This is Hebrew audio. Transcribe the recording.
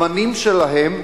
הבנים שלהם,